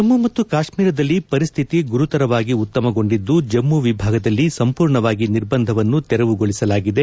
ಜಮ್ಮು ಮತ್ತು ಕಾಶ್ಮೀರದಲ್ಲಿ ಪರಿಸ್ಥಿತಿ ಗುರುತರವಾಗಿ ಉತ್ತಮಗೊಂಡಿದ್ದು ಜಮ್ಮು ವಿಭಾಗದಲ್ಲಿ ಸಂಪೂರ್ಣವಾಗಿ ನಿರ್ಬಂಧವನ್ನು ತೆರವುಗೊಳಿಸಲಾಗಿದೆ